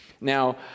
Now